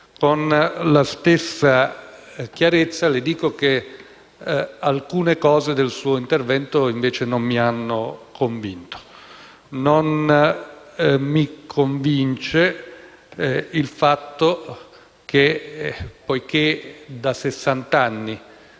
Con la stessa chiarezza le dico che invece alcuni punti del suo intervento non mi hanno convinto. Non mi convince il fatto che, poiché da